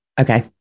okay